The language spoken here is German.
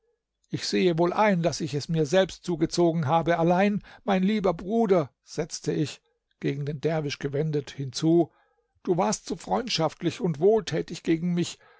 ich sehe wohl ein daß ich es mir selbst zugezogen habe allein mein lieber bruder setzte ich gegen den derwisch gewendet hinzu du warst so freundschaftlich und wohltätig gegen mich